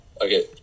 Okay